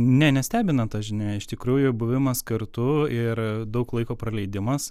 ne nestebina ta žinia iš tikrųjų buvimas kartu ir daug laiko praleidimas